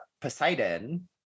Poseidon